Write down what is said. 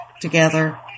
together